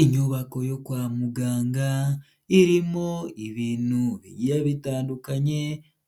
Inyubako yo kwa muganga irimo ibintu bitandukanye,